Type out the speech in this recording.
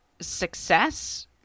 success